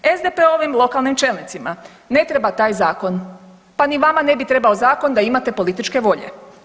SDP-ovim lokalnim čelnicima ne treba taj zakon, pa ni vama ne bi trebao zakon da imate političke volje.